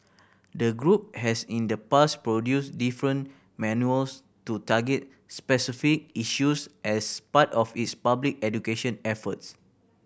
the group has in the past produced different manuals to target specific issues as part of its public education efforts